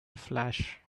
flash